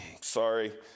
sorry